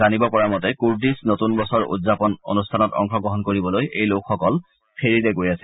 জানিব পৰা মতে কুৰ্ডিশ্ব নতুন বছৰ উদযাপন অনুষ্ঠানত অংশগ্ৰহণ কৰিবলৈ এই লোকসকল ফেৰীৰে গৈ আছিল